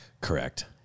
Correct